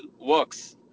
works